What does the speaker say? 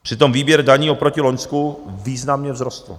Přitom výběr daní oproti loňsku významně vzrostl.